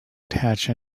attach